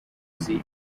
siyo